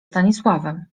stanisławem